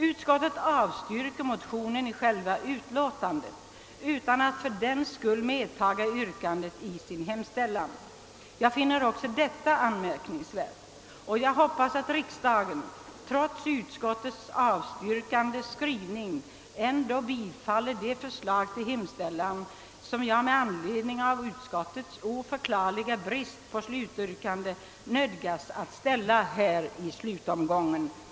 Utskottet avstyrker motionen i själva utlåtandet utan att fördenskull nedtaga yrkandet i sin hemställan. Jag finner också detta anmärkningsvärt. Jag hoppas att riksdagen trots utskottets avstyrkande skrivning ändå bifaller det förslag till hemställan, som jag med anledning av utskottets oförklarliga brist på slutyrkande nödgas ställa här i slutomgången.